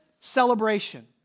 celebration